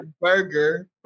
Burger